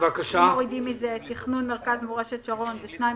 אם מורידים מזה את תכנון מרכז מורשת שרון זה 2.34,